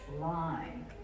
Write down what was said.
line